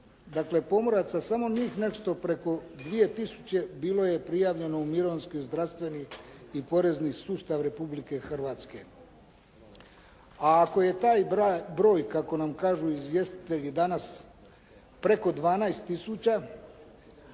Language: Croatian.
dakle pomoraca, samo njih nešto preko 2 tisuće bilo je prijavljeno u mirovinski, zdravstveni i porezni sustav Republike Hrvatske. A ako je taj broj, kako nam kažu izvjestitelji danas preko 12